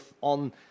on